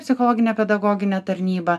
psichologinę pedagoginę tarnybą